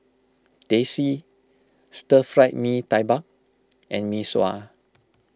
Teh C Stir Fried Mee Tai Mak and Mee Sua